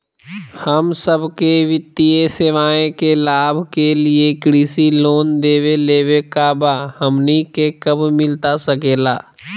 हम सबके वित्तीय सेवाएं के लाभ के लिए कृषि लोन देवे लेवे का बा, हमनी के कब मिलता सके ला?